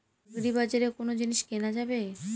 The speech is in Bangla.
আগ্রিবাজারে কোন জিনিস কেনা যাবে?